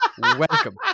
welcome